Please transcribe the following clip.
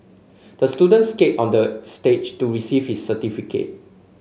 the student skated on the stage to receive his certificate